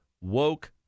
woke